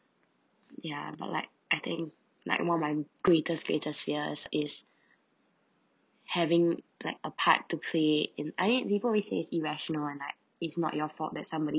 ya but like I think like one of my greatest greatest fear is having like a part to play in I think people will say it's irrational and like it's not your fault that somebody